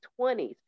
20s